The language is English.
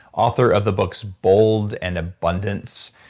author of the books bold and abundance.